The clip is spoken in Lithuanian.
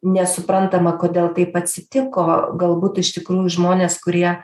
nesuprantama kodėl taip atsitiko galbūt iš tikrųjų žmonės kurie